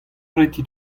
preti